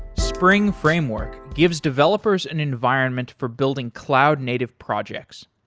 spring framework gives developers an environment for building cloud-native projects.